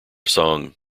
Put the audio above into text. song